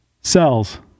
Cells